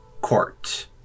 court